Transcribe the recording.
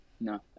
No